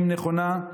אם נכונה,